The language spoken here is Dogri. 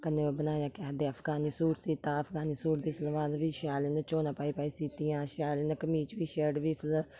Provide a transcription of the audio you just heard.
कन्नै ओह् बनाया केह् आखदे अफगानी सूट सीता अफगानी सूट दी सलवार बी शैल इ'यां चौना पाई पाई सीतियां शैल इ'यां कमीज बी शर्ट बी फल